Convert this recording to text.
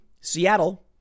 Seattle